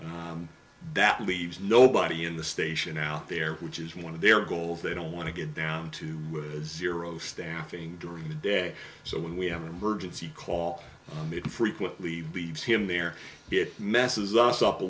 drive that leaves nobody in the station out there which is one of their goals they don't want to get down to zero staffing during the day so when we have an emergency call it frequently leaves him there it messes u